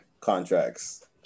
Contracts